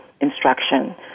instruction